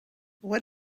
what